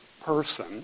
person